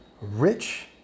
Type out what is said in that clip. rich